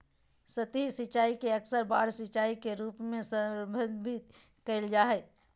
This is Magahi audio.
सतही सिंचाई के अक्सर बाढ़ सिंचाई के रूप में संदर्भित कइल जा हइ